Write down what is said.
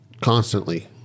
constantly